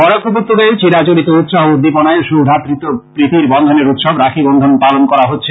বরাক উপত্যকায়ও চিরাচরিত উৎসাহ উদ্দীপনায় সৌভাতৃত্ব ও প্রীতির বন্ধনের উৎসব রাখি বন্ধন পালন করা হচ্ছে